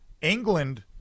England